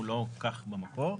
דיור להשכרה לטווח ארוך,